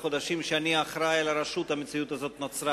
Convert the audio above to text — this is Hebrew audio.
החודשים שאני אחראי לרשות המציאות הזאת נוצרה.